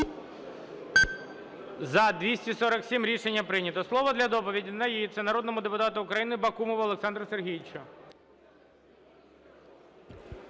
За-240 Рішення прийнято. Слово для доповіді надається народному депутату України Бакумову Олександру Сергійовичу.